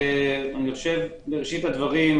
בראשית הדברים,